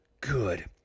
good